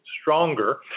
stronger